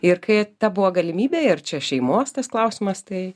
ir kai ta buvo galimybė ir čia šeimos tas klausimas tai